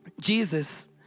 Jesus